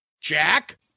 Jack